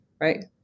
right